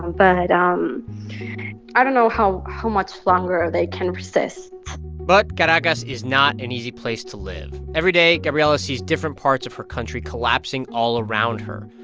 and but um i don't know how how much longer they can resist but caracas is not an easy place to live. every day, gabriela sees different parts of her country collapsing all around her.